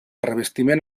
revestiment